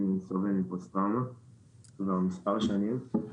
אני סובל מפוסט טראומה כבר מספר שנים.